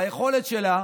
ביכולת שלה